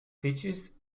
teaches